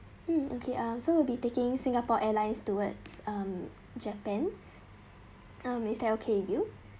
mm okay um so we'll be taking singapore airlines towards um japan um is that okay view